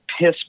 piss